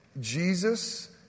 jesus